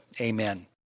Amen